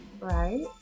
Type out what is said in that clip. right